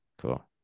Cool